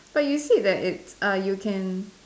but you said that it's uh you can